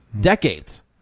decades